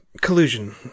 collusion